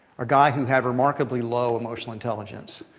a guy who had remarkably low emotional intelligence,